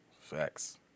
Facts